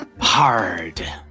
hard